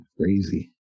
crazy